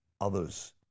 others